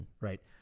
Right